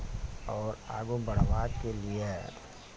आओर आगू बढ़बाक के लिए